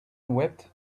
wept